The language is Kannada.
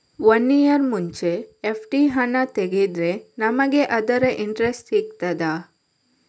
ವನ್ನಿಯರ್ ಮುಂಚೆ ಎಫ್.ಡಿ ಹಣ ತೆಗೆದ್ರೆ ನಮಗೆ ಅದರ ಇಂಟ್ರೆಸ್ಟ್ ಸಿಗ್ತದ?